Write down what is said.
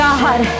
God